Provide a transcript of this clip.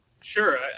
Sure